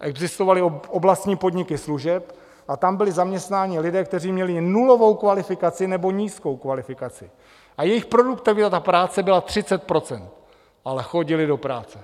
Existovaly oblastní podniky služeb a tam byli zaměstnáni lidé, kteří měli nulovou kvalifikaci nebo nízkou kvalifikaci a jejich produktivita práce byla 30 %, ale chodili do práce.